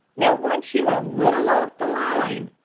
now weren't you a little off the line?